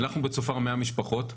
אנחנו בצופר 100 משפחות,